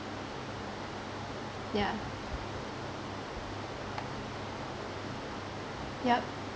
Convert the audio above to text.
yeah yup